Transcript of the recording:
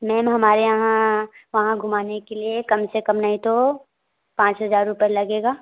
ma'am हमारे यहाँ वहाँ घुमाने के लिए कम से कम नहीं तो पाँच हजार रुपये लगेगा